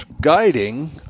guiding